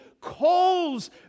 calls